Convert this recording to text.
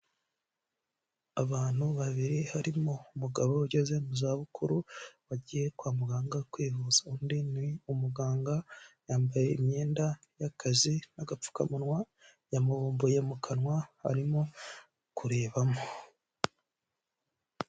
Abantu babiri, harimo umugabo ugeze mu za bukuru wagiye kwa muganga kwivuza, undi ni umuganga yambaye imyenda y'akazi n'agapfukamunwa, yamubumbuye mu kanwa arimo kurebamo.